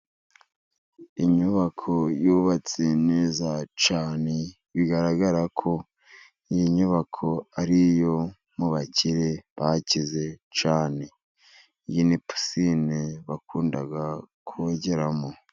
Inyubako yubatse neza cyane, bigaragara ko iyi nyubako ari iyo mubakire bakize cyane, iyi ni pisine bakunda kogeramo.